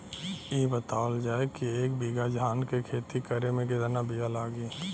इ बतावल जाए के एक बिघा धान के खेती करेमे कितना बिया लागि?